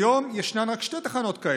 כיום ישנן רק שתי תחנות כאלו,